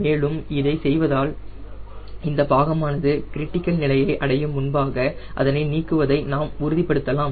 மேலும் இதை செய்வதால் இந்த பாகமானது கிரிட்டிக்கல் நிலையை அடையும் முன்பாக அதனை நீக்குவதை நாம் உறுதிப்படுத்தலாம்